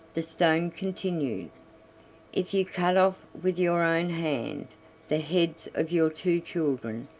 the stone continued if you cut off with your own hand the heads of your two children,